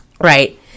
right